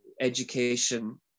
education